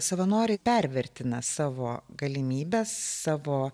savanoriai pervertina savo galimybes savo